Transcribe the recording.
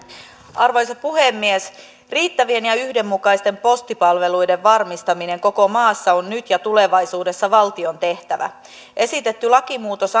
arvoisa puhemies riittävien ja yhdenmukaisten postipalveluiden varmistaminen koko maassa on nyt ja tulevaisuudessa valtion tehtävä esitetty lakimuutos